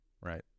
Right